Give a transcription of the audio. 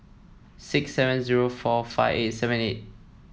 six seven zero four five eight seven eight